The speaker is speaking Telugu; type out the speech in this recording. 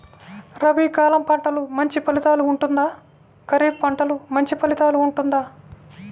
రబీ కాలం పంటలు మంచి ఫలితాలు ఉంటుందా? ఖరీఫ్ పంటలు మంచి ఫలితాలు ఉంటుందా?